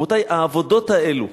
רבותי, העבודות האלו